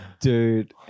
Dude